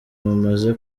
mumaze